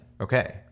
okay